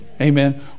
Amen